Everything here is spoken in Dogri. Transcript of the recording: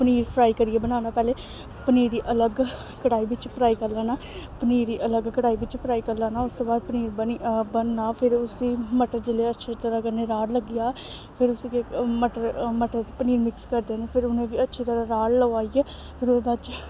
पनीर फ्राई करियै बनाना पैह्लें पनीर गी अलग कड़ाही बिच्च फ्राई करी लैना पनीर गी अलग कड़ाही बिच्च फ्राई करी लैना उसदे बाद पनीर बनी बनना फिर उसी मटर जिसलै अच्छी तरह् कन्नै राह्ड़ लग्गी जा फिर उसी केह् मटर मटर पनीर मिक्स करी देना फिर उनेंगी अच्छी तरह् राड़ लगवाइयै फिर ओह्दे च